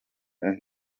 and